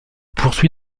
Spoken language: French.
poursuit